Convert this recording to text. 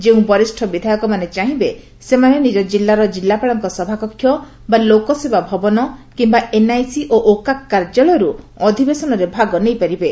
ଯେଉଁ ବରିଷ୍ଡ ବିଧାୟକମାନେ ଚାହିବେ ସେମାନେ ନିଜ ଜିଲ୍ଲାର ଜିଲ୍ଲାପାଳଙ୍କ ସଭାକକ୍ଷ ବା ଲୋକସେବା ଭବନ କିମ୍ବା ଏନ୍ଆଇସି ଓ ଓକାକ୍ କାର୍ଯ୍ୟାଳୟରୁ ଅଧିବେସନରେ ଭାଗ ନେଇପାରିବେ